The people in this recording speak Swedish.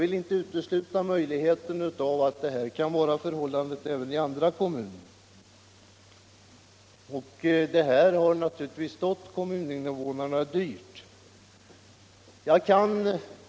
Detta har naturligtvis stått kommuninvånarna dyrt, och jag vill inte utesluta möjligheten att liknande förhållanden kan förekomma i andra kommuner.